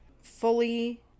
fully